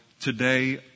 today